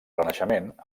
renaixement